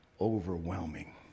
overwhelming